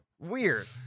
Weird